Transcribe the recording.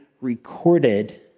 recorded